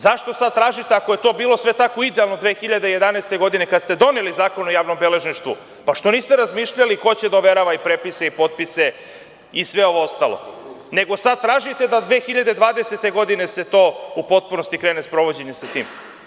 Zašto sad tražite, ako je to bilo sve tako idealno 2011. godine kad ste doneli Zakon o javnom beležništvu, što niste razmišljali ko će da overava i prepise i potpise i sve ovo ostalo, nego sad tražite da 2020. godine se u potpunosti krene u sprovođenje sa tim?